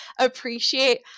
appreciate